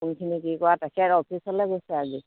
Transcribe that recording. কোনখিনি কি কৰা তাকে আৰু অফিচলে গৈছে আজি